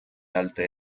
alte